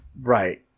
Right